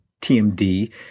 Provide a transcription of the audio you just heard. TMD